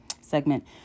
segment